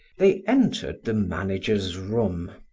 they entered the manager's room.